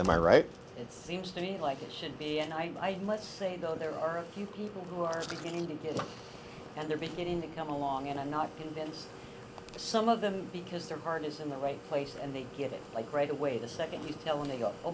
and my right it seems to me like it should be and i must say though there are a few people who are still engaged and they're beginning to come along and i'm not convinced some of them because their heart is in the right place and they get it right away the second you tell and they go oh